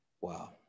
Wow